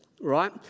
right